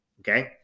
Okay